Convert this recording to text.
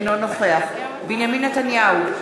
אינו נוכח בנימין נתניהו,